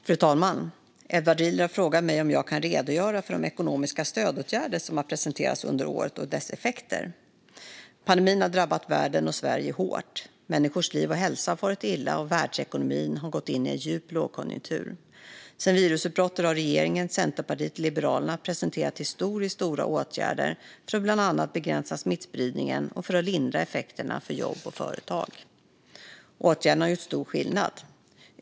Fru talman! Edward Riedl har frågat mig om jag kan redogöra för de ekonomiska stödåtgärder som har presenterats under året och deras effekter. Pandemin har drabbat världen och Sverige hårt. Människors liv och hälsa har farit illa, och världsekonomin har gått in i en djup lågkonjunktur. Sedan virusutbrottet har regeringen, Centerpartiet och Liberalerna presenterat historiskt stora åtgärder för att bland annat begränsa smittspridningen och lindra effekterna för jobb och företag. Åtgärderna har gjort stor skillnad.